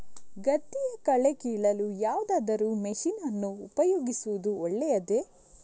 ಗದ್ದೆಯ ಕಳೆ ಕೀಳಲು ಯಾವುದಾದರೂ ಮಷೀನ್ ಅನ್ನು ಉಪಯೋಗಿಸುವುದು ಒಳ್ಳೆಯದೇ?